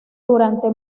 durante